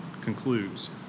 concludes